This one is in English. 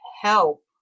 help